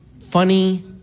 funny